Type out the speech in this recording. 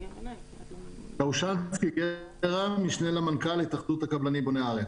אני משנה למנכ"ל התאחדות הקבלנים בוני ארץ.